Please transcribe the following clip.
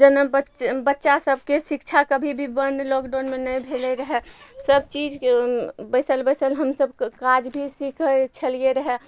जेना बच्चा सबके शिक्षा कभी भी बन्द लॉकडाउनमे नहि भेलय रहय सब चीज बैसल बैसल हमसब काज भी सीखय छलियै रहय